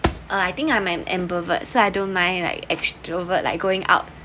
uh I think I'm I'm introvert so I don't mind like extrovert like going out